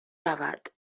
رود